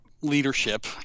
leadership